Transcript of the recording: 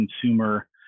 consumer